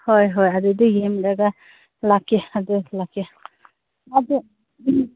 ꯍꯣꯏ ꯍꯣꯏ ꯑꯗꯨꯗ ꯌꯦꯡꯂꯒ ꯂꯥꯛꯀꯦ ꯑꯗꯨ ꯂꯥꯛꯀꯦ ꯑꯗꯣ ꯎꯝ